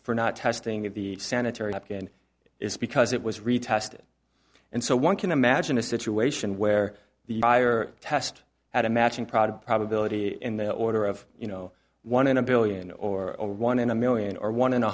not testing of the sanitary napkin is because it was retested and so one can imagine a situation where the fire test had a matching product probability in the order of you know one in a billion or a one in a million or one in